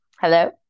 Hello